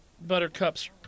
Buttercup's